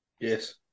yes